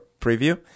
preview